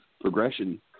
progression